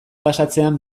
pasatzean